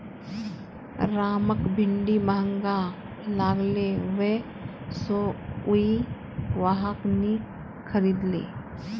रामक भिंडी महंगा लागले वै स उइ वहाक नी खरीदले